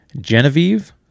genevieve